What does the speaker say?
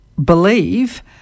believe